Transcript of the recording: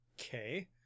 Okay